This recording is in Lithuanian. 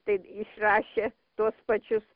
taip išrašė tuos pačius